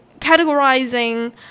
categorizing